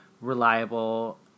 reliable